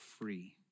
free